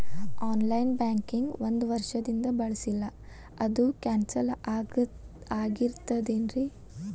On line banking ಒಂದ್ ವರ್ಷದಿಂದ ಬಳಸಿಲ್ಲ ಅದು ಕ್ಯಾನ್ಸಲ್ ಆಗಿರ್ತದೇನ್ರಿ?